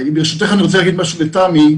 ברשותך, אני רוצה להגיד משהו לתמי.